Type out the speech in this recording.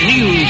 New